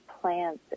plants